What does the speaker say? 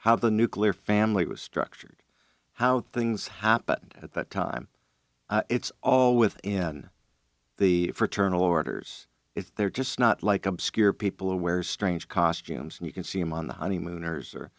how the nuclear family was structured how things happened at that time it's all within the fraternal orders if they're just not like obscure people or where strange costumes and you can see i'm on the honeymooners or